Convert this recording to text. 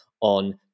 on